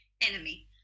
enemy